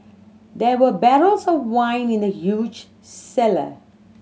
there were barrels of wine in the huge cellar